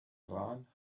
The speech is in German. rahn